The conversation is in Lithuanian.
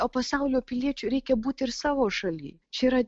o pasaulio piliečiu reikia būt ir savo šaly čia yra